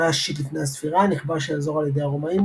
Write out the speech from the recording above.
במאה השישית לפנה"ס נכבש האזור על ידי הרומאים,